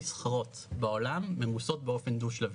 נסחרות בעולם ממוסות באופן דו שלבי.